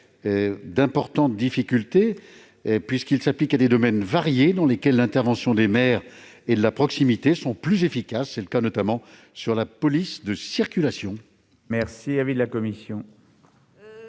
d'importantes difficultés, puisqu'ils s'appliquent à des domaines variés pour lesquels l'intervention des maires et la proximité sont plus efficaces. C'est le cas notamment de la police de la circulation. Quel est l'avis de la commission